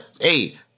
hey